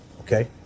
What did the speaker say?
okay